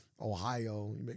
Ohio